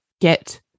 get